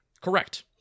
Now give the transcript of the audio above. Correct